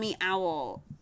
Owl